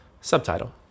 Subtitle